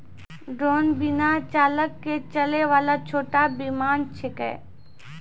drone बिना चालक के चलै वाला छोटो विमान छेकै